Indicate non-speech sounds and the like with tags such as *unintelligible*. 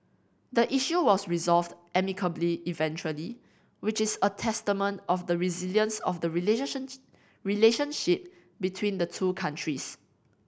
the issue was resolved amicably eventually which is a testament of the resilience of the *unintelligible* relationship between the two countries